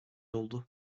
oldu